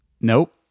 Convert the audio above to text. Nope